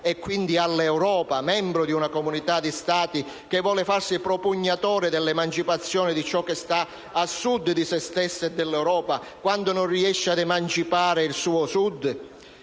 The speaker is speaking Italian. (e quindi all'Europa), membro di una comunità di Stati che vuole farsi propugnatore dell'emancipazione di ciò che sta a Sud di se stessa e dell'Europa, quando non riesce ad emancipare il suo Sud?